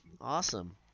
awesome